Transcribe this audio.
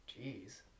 Jeez